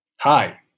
Hi